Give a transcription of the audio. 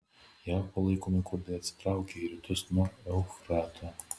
jav palaikomi kurdai atsitraukė į rytus nuo eufrato